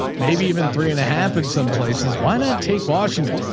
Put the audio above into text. maybe even three and a half in some places why not take washington,